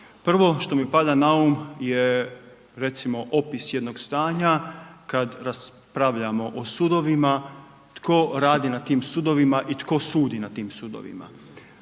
Prvo što mi pada na um je, recimo, opis jednog stanja kad raspravljamo o sudovima, tko radi na tim sudovima i tko sudi na tim sudovima.